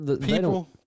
people